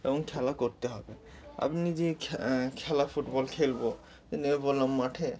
এবং খেলা করতে হবে আপনি যে খ্যা খেলা ফুটবল খেলব তা নেমে পড়লাম মাঠে